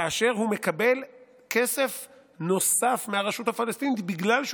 כאשר הוא מקבל כסף נוסף מהרשות הפלסטינית בגלל שהוא